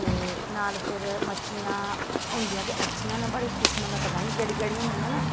ते नाल फिर मच्छियां होंदिया ते अच्छियां न बड़ी किसमा दा पता नी केह्ड़ी केह्ड़ी होंदियां न